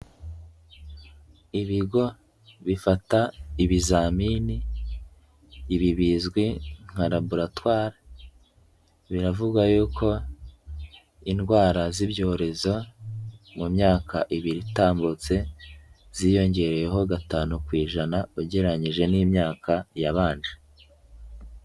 Ibigo bifata ibizamini ibi bizwi nka laboratware biravugwa yuko indwara z'ibyorezo mu myaka ibiri itambutse ziyongereyeho gatanu ku ijana ugereranyije n'imyaka yabanje.